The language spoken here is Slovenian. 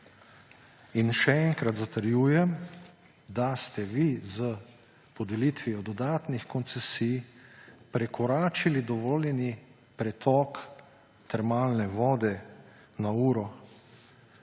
In še enkrat zatrjujem, da ste vi s podelitvijo dodatnih koncesij prekoračili dovoljeni pretok termalne vode na